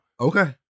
Okay